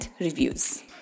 Reviews